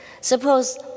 Suppose